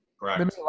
Correct